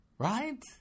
Right